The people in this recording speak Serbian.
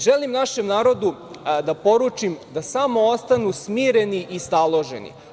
Želim našem narodu da poručim da smo ostanu smireni i staloženi.